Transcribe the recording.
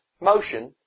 motion